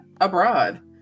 abroad